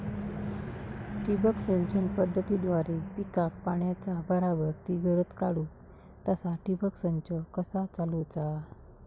ठिबक सिंचन पद्धतीद्वारे पिकाक पाण्याचा बराबर ती गरज काडूक तसा ठिबक संच कसा चालवुचा?